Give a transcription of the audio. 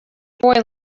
boy